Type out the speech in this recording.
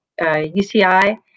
UCI